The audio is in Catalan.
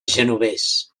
genovés